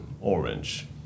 orange